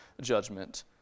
judgment